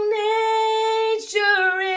nature